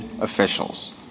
officials